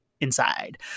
inside